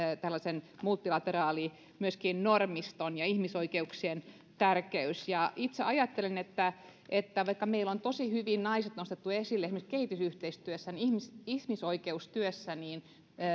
multilateraalin normiston ja ihmisoikeuksien tärkeys ja itse ajattelen että että vaikka meillä on tosi hyvin naiset nostettu esille esimerkiksi kehitysyhteistyössä niin ihmisoikeustyössä